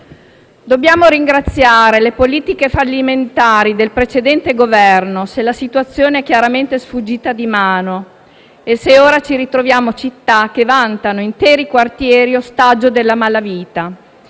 Dobbiamo ringraziare le politiche fallimentari del precedente Governo se la situazione è chiaramente sfuggita di mano e se ora ci ritroviamo città che vantano interi quartieri ostaggio della malavita,